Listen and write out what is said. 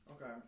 Okay